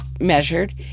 measured